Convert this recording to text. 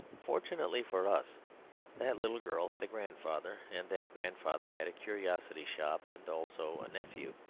fortunately for us that little girl had a grandfather, and that grandfather had a curiosity shop and also a nephew,